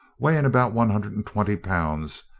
weighing about one hundred and twenty pounds,